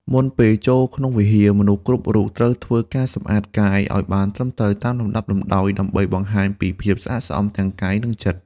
មុនពេលចូលក្នុងវិហារ មនុស្សគ្រប់រូបត្រូវធ្វើការសម្អាតកាយ ឱ្យបានត្រឹមត្រូវតាមលំដាប់លំដោយ ដើម្បីបង្ហាញពីភាពស្អាតស្អំទាំងកាយ និងចិត្ត។